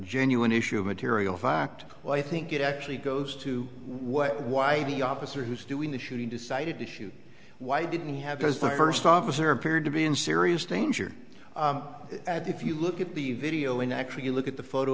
genuine issue of material fact well i think it actually goes to what why the officer who's doing the shooting decided to shoot why didn't he have as the first officer appeared to be in serious danger at if you look at the video and actually look at the photo